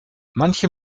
manche